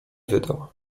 wydał